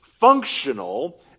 functional